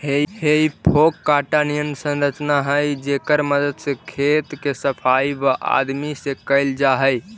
हेइ फोक काँटा निअन संरचना हई जेकर मदद से खेत के सफाई वआदमी से कैल जा हई